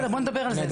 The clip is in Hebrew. נדבר על זה.